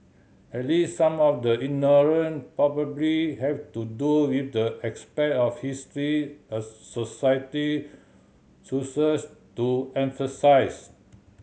at least some of the ignorant probably have to do with the aspect of history a society chooses to emphasise